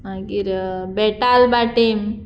मागीर बेतालभाटी